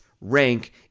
rank